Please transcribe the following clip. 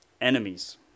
enemies